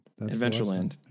Adventureland